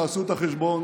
תעשו את החשבון,